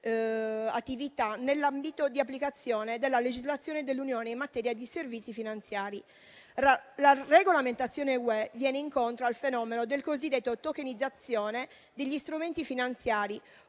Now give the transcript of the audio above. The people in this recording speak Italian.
criptoattività nell'ambito di applicazione della legislazione dell'Unione in materia di servizi finanziari. La regolamentazione UE va incontro al cosiddetto fenomeno di tokenizzazione degli strumenti finanziari,